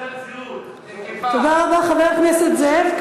בתעודת הזהות "נקבה" תודה רבה, חבר הכנסת זאב.